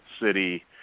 City